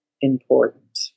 important